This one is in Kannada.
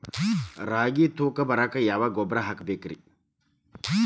ರಾಗಿ ತೂಕ ಬರಕ್ಕ ಯಾವ ಗೊಬ್ಬರ ಹಾಕಬೇಕ್ರಿ?